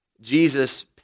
Jesus